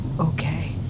okay